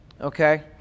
okay